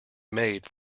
made